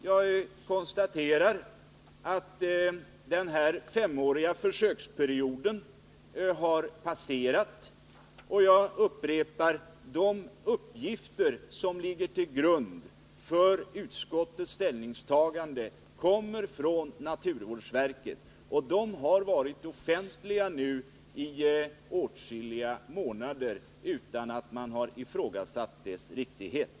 Jag konstaterar att den femåriga försöksperioden har passerat, och jag upprepar: De uppgifter som ligger till grund för utskottets ställningstagande kommer från naturvårdsverket, och de har varit offentliga nu i åtskilliga månader utan att man ifrågasatt deras riktighet.